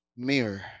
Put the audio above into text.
Mirror